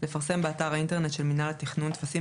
לפרסם באתר האינטרנט של מינהל התכנון טפסים